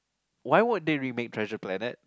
why would they remake Treasure Planet